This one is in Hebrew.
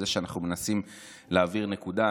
זה שאנחנו מנסים להעביר נקודה,